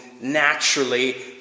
naturally